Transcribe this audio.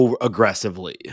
aggressively